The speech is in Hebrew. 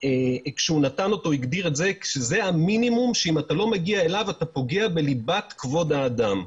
הוא הגדיר את המינימום שאם אתה לא מגיע אליו אתה פוגע בליבת כבוד האדם.